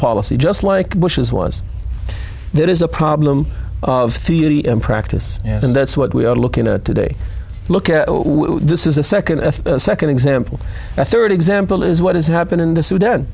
policy just like bush's was there is a problem of theory in practice and that's what we are looking to today look at this is a second a second example a third example is what has happened in the sudan